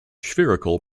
spherical